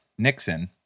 Nixon